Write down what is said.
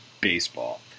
baseball